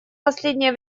последнее